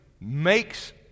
makes